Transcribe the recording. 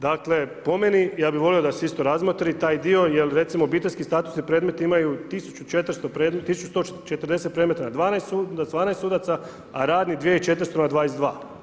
Dakle, po meni, ja bi volio da se isto razmotri taj dio jer recimo obiteljski statusni predmeti imaju 1 140 predmeta na 12 sudaca a radni 2 400 na 22.